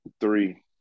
Three